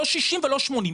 לא 60 ולא 80,